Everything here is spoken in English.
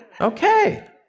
Okay